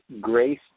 grace